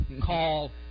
call